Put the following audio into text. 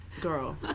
Girl